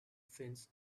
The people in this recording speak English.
fence